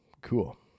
cool